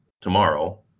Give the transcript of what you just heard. tomorrow